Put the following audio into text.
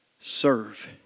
Serve